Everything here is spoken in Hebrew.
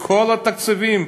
בכל התקציבים,